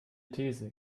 these